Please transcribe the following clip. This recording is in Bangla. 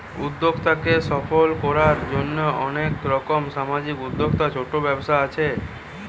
উদ্যোক্তাকে সফল কোরার জন্যে অনেক রকম সামাজিক উদ্যোক্তা, ছোট ব্যবসা আছে